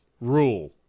rule